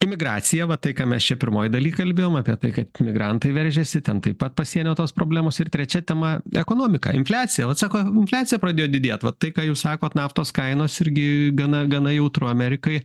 imigracija va tai ką mes čia pirmoj daly kalbėjom apie tai kad imigrantai veržiasi ten taip pat pasienio tos problemos ir trečia tema ekonomika infliacija vat sako infliacija pradėjo didėt vat tai ką jūs sakot naftos kainos irgi gana gana jautru amerikai